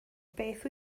beth